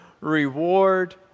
reward